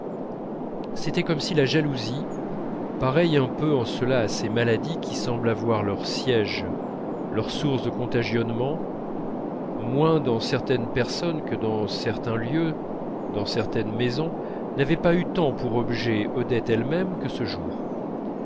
c'était comme si la jalousie pareille un peu en cela à ces maladies qui semblent avoir leur siège leur source de contagionnement moins dans certaines personnes que dans certains lieux dans certaines maisons n'avait pas eu tant pour objet odette elle-même que ce jour